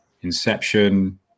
Inception